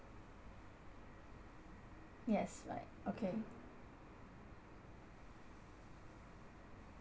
yes right okay